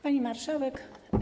Pani Marszałek!